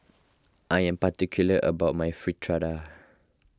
I am particular about my Fritada